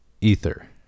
Ether